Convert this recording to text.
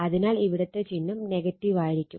അതിനാൽ ഇവിടത്തെ ചിഹ്നം നെഗറ്റീവായിരിക്കും